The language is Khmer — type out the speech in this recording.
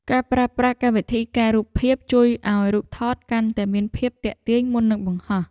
ការប្រើប្រាស់កម្មវិធីកែរូបភាព ជួយឱ្យរូបថតកាន់តែមានភាពទាក់ទាញមុននឹងបង្ហោះ។